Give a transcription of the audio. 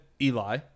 Eli